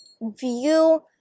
view